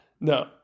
No